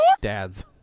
dads